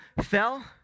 fell